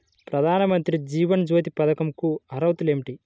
ప్రధాన మంత్రి జీవన జ్యోతి పథకంకు అర్హతలు ఏమిటి?